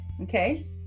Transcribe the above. okay